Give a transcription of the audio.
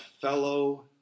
fellow